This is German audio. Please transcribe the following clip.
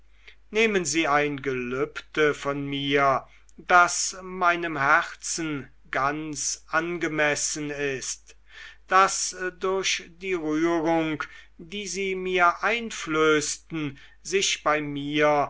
nehmen sie ein gelübde von mir das meinem herzen ganz angemessen ist das durch die rührung die sie mir einflößten sich bei mir